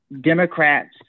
Democrats